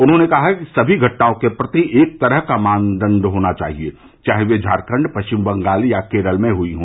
उन्होंने कहा कि सभी घटनाओं के प्रति एक तरह का मानदंड होना चाहिए चाहे वे झारखंड पश्चिम बंगाल या केरल में हुई हो